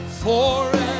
forever